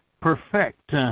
perfect